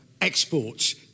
exports